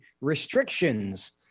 restrictions